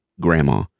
grandma